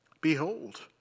Behold